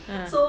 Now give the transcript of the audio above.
ah